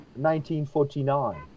1949